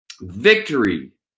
victory